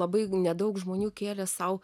labai nedaug žmonių kėlė sau